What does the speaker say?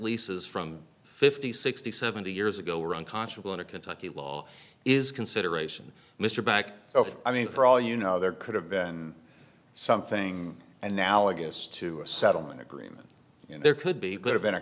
leases from fifty sixty seventy years ago were unconscionable in a kentucky law is consideration mr back i mean for all you know there could have been something analogous to a settlement a green you know there could be could have been a